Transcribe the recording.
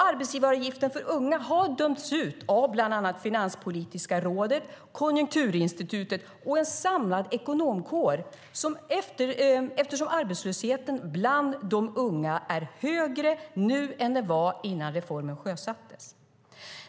Arbetsgivaravgiften för unga har dömts ut av bland annat Finanspolitiska rådet, Konjunkturinstitutet och en samlad ekonomkår, eftersom arbetslösheten bland de unga är högre nu än den var innan reformen sjösattes.